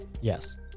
Yes